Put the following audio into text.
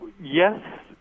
Yes